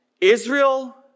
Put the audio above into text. Israel